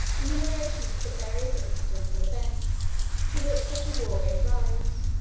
and the narrations of the various incidents and events to which such a war gave rise,